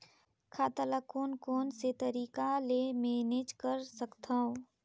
खाता ल कौन कौन से तरीका ले मैनेज कर सकथव?